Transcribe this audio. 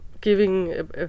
giving